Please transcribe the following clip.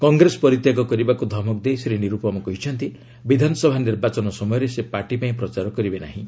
କଂଗ୍ରେସ ପରିତ୍ୟାଗ କରିବାକୁ ଧମକ ଦେଇ ଶ୍ରୀ ନିରୂପମ କହିଛନ୍ତି ବିଧାନସଭା ନିର୍ବାଚନ ସମୟରେ ସେ ପାର୍ଟି ପାଇଁ ପ୍ରଚାର କରିବେ ନାହିଁ